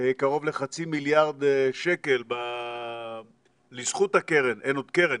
קרוב לחצי מיליארד שקל לזכות הקרן, אין עוד קרן,